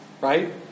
right